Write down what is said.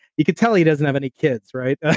you could tell, he doesn't have any kids, right?